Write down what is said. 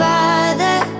Father